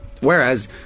whereas